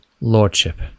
lordship